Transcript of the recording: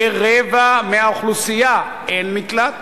לרבע מהאוכלוסייה אין מקלט,